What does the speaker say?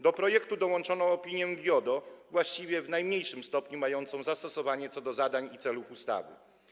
Do projektu dołączono opinię GIODO, właściwie w najmniejszym stopniu mającą zastosowanie do zadań i celów ustawy.